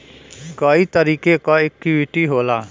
कई तरीके क इक्वीटी होला